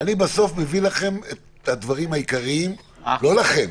אני בסוף מביא לכם את הדברים העיקריים לא לכם,